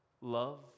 love